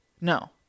No